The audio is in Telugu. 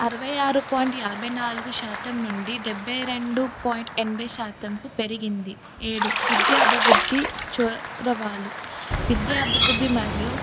అరవై ఆరు పాయింట్ యాభై నాలుగు శాతం నుండి డెబ్భై రెండు పాయింట్ ఎనభై శాతంకు పెరిగింది ఏడు విద్యా అభివృద్ధి చొరవలు విద్యా అభివృద్ధి మరియు